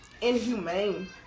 inhumane